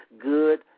Good